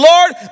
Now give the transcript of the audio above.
Lord